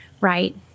right